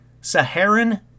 Saharan